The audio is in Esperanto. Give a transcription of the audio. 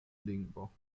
lingvo